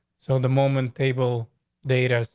so the moment table data,